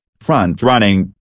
front-running